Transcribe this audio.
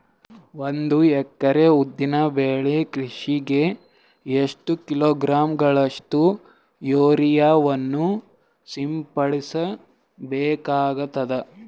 ಒಂದು ಎಕರೆ ಉದ್ದಿನ ಬೆಳೆ ಕೃಷಿಗೆ ಎಷ್ಟು ಕಿಲೋಗ್ರಾಂ ಗಳಷ್ಟು ಯೂರಿಯಾವನ್ನು ಸಿಂಪಡಸ ಬೇಕಾಗತದಾ?